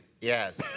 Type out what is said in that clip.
Yes